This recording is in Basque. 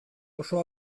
oso